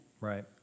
Right